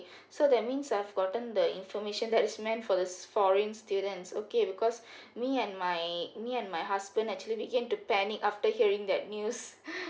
so that means I've gotten the information that is meant for those foreign students okay because me and my me and my husband actually begin to panic after hearing that news